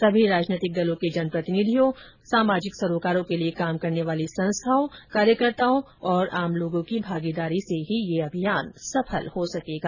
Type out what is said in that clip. सभी राजनैतिक दलों के जनप्रतिनिधियों सामाजिक सरोकारों के लिए काम करने वाली संस्थाओं कार्यकर्ताओं तथा आम लोगों की भागीदारी होने से ही यह अभियान सफल हो सकेगा